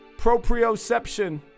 Proprioception